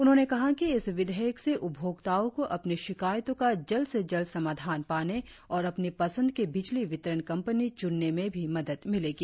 उन्होंने कहा कि इस विधेयक से उपभोक्ताओं को अपनी शिकायतों का जल्द से जल्द समाधान पाने और अपनी पंसद की बिजली वितरण कंपनी चुनने में भी मदद मिलेगी